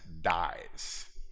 dies